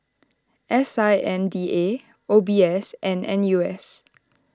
S I N D A O B S and N U S